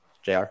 JR